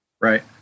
Right